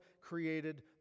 created